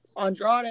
Andrade